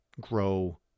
grow